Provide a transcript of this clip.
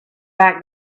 back